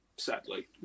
sadly